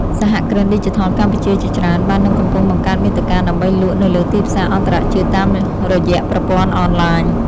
សហគ្រិនឌីជីថលកម្ពុជាជាច្រើនបាននិងកំពុងបង្កើតមាតិកាដើម្បីលក់នៅលើទីផ្សារអន្តរជាតិតាមរយៈប្រព័ន្ធអនឡាញ។